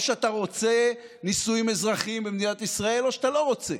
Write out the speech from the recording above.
או שאתה רוצה נישואים אזרחיים במדינת ישראל או שאתה לא רוצה,